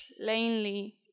plainly